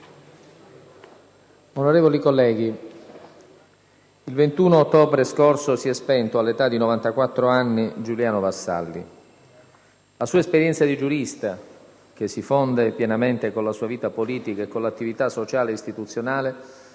Onorevoli colleghi, il 21 ottobre scorso si è spento, all'età di 94 anni, Giuliano Vassalli. La sua esperienza di giurista, che si fonde pienamente con la sua vita politica e con l'attività sociale e istituzionale,